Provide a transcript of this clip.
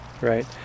right